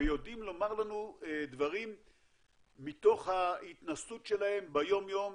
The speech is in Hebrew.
ויודעים לומר לנו דברים מתוך ההתנסות שלהם ביום יום,